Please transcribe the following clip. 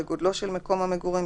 לגודלו של מקום המגורים,